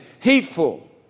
hateful